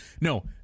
No